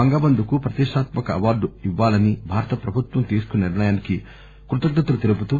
బంగ బంధుకు ప్రతిష్టాత్మక అవార్డు ఇవ్వాలని భారత ప్రభుత్వం తీసుకున్న నిర్ణయానికి కృతజ్న తలు తెలుపుతూ